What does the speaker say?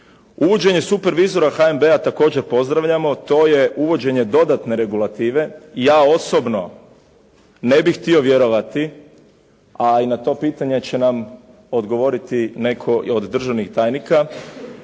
Uvođenje supervizora HNB-a također pozdravljamo, to je uvođenje dodatne regulative i ja osobno ne bih htio vjerovati, ali na to pitanje će nam odgovoriti netko od državnih tajnika,